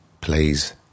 please